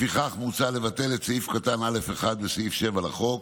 לפיכך, מוצע לבטל את סעיף קטן (א1) בסעיף 7 לחוק,